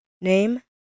Name